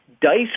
Dice